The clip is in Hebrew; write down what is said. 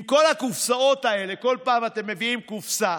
עם כל הקופסאות האלה, כל פעם אתם מביאים קופסה